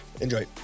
Enjoy